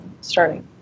starting